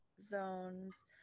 zones